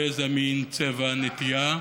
גזע, מין, צבע, נטייה,